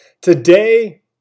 Today